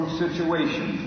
situation